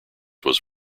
was